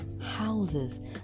houses